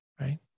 right